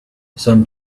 some